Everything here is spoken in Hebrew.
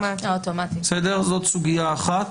זאת סוגיה אחת.